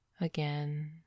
Again